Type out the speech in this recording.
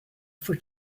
for